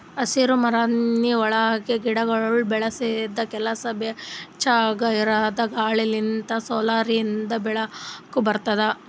ಹಸಿರುಮನಿ ಒಳಗ್ ಗಿಡಗೊಳ್ ಬೆಳಸದ್ ಕೆಲಸ ಬೆಚ್ಚುಗ್ ಇರದ್ ಗಾಳಿ ಲಿಂತ್ ಸೋಲಾರಿಂದು ಬೆಳಕ ಬರ್ತುದ